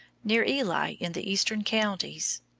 near ely, in the eastern counties.